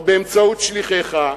או באמצעות שליחיך.